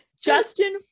justin